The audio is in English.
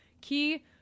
Key